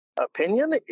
opinion